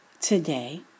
today